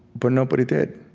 but nobody did.